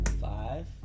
five